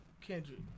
Kendrick